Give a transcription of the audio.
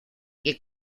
que